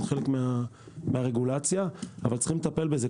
זה חלק מהרגולציה אבל צריך לטפל בזה.